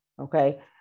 Okay